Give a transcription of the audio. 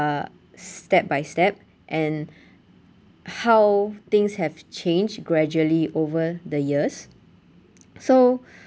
step by step and how things have changed gradually over the years so